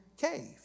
cave